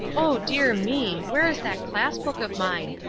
oh, dear me! where is that class-book of mine?